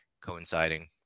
coinciding